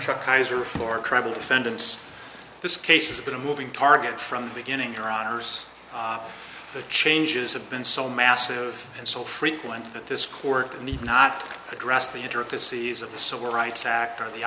chuck kiser for trouble defendants this case has been a moving target from the beginning bronner's the changes have been so massive and so frequent that this court need not address the intricacies of the civil rights act or the